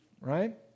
right